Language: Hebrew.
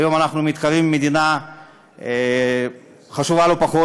היום אנחנו מתחרים במדינה חשובה לא פחות,